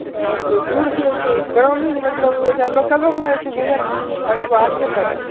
ओ तऽ दूरसँ तऽ ग्रामीण मतलब ओहि जग लोकलोवला जाइ छै घुमय लेल कि खाली बाहरिएसभ आबै छै